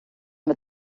mit